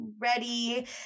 ready